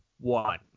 one